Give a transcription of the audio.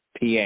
PA